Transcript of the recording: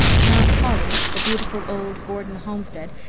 mount holly, the beautiful old gordon homestead,